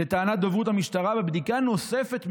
לטענת דוברות המשטרה: בבדיקה נוספת,